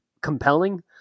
compelling